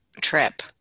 trip